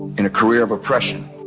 in a career of oppression,